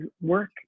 work